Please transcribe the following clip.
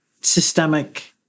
systemic